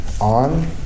on